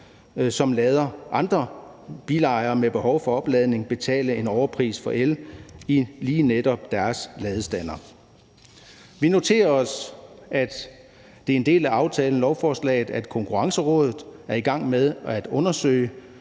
som lader andre bilejere med behov for opladning betale en overpris for el i lige netop deres ladestander. Vi noterer os, at det er en del af aftalen i lovforslaget, at Konkurrencerådet er i gang med en undersøgelse